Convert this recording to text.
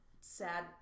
sad